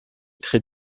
très